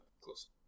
Close